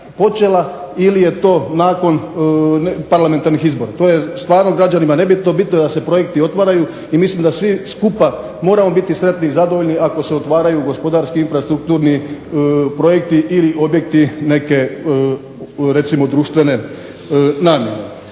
ili je to nakon parlamentarnih izbora. To je stvarno građanima nebitno, bitno je da se projekti otvaraju. I mislim da svi skupa moramo biti sretni i zadovoljni ako se otvaraju gospodarski, infrastrukturni projekti ili objekti neke recimo društvene namjene.